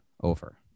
over